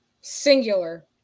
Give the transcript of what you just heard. singular